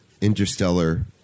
interstellar